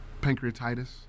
pancreatitis